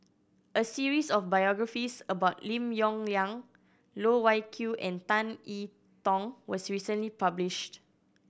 a series of biographies about Lim Yong Liang Loh Wai Kiew and Tan E Tong was recently published